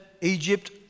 Egypt